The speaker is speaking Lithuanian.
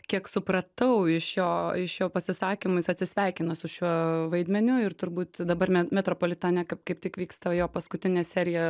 kiek supratau iš jo iš jo pasisakymų jis atsisveikino su šiuo vaidmeniu ir turbūt dabar me metropolitane kaip kaip tik vyksta jo paskutinė serija